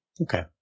Okay